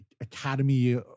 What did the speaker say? academy